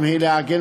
היא לקבוע